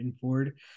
forward